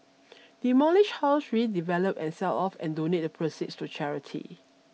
demolish house redevelop and sell off and donate the proceeds to charity